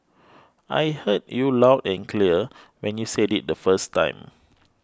I heard you loud and clear when you said it the first time